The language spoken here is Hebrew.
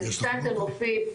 זה נמצא אצל מופיד,